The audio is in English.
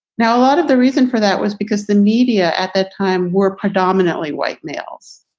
now, a lot of the reason for that was because the media at the time were predominantly white males.